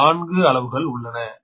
இந்த நான்கு அளவுகள் உள்ளன